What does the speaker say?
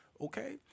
Okay